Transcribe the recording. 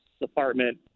Department